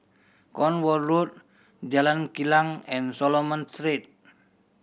Cornwall Road Jalan Kilang and Solomon Street